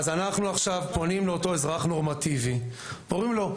אז אנחנו עכשיו פונים לאותו אזרח נורמטיבי ואומרים לו,